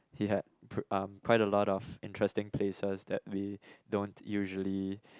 he had um quite a lot of interesting places that we don't usually